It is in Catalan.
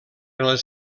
les